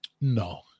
No